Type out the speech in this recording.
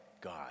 God